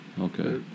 Okay